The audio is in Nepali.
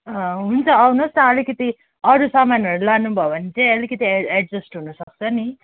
हुन्छ आउनुहोस् न अलिकति अरू सामानहरू लानुभयो चाहिँ अलिकति एडजस्ट हुनुसक्छ नि